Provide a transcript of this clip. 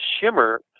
Shimmer